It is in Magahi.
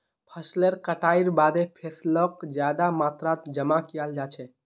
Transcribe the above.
फसलेर कटाईर बादे फैसलक ज्यादा मात्रात जमा कियाल जा छे